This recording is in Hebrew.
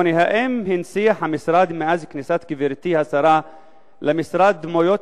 8. האם הנציח המשרד מאז כניסת גברתי השרה למשרד דמויות